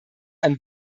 ein